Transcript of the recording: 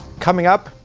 coming up,